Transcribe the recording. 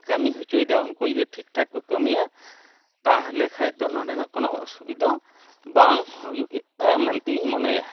ᱠᱟᱹᱢᱤ ᱦᱚᱪᱚᱭᱮᱫᱟ ᱩᱱᱠᱩ ᱡᱩᱫᱤ ᱴᱷᱤᱠᱴᱷᱟᱠ ᱠᱚ ᱠᱟᱹᱢᱤᱭᱟ ᱛᱟᱦᱚᱞᱮ ᱠᱷᱟᱚᱫᱚ ᱱᱚᱸᱰᱮᱱᱟᱜ ᱠᱳᱱᱳ ᱚᱥᱩᱵᱤᱫᱷᱟ ᱵᱟᱝ ᱦᱩᱭᱩᱜᱼᱟ ᱢᱮᱱᱛᱤᱧ ᱢᱚᱱᱮᱭᱟ